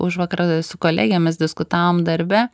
užvakar su kolegėmis diskutavom darbe